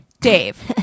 Dave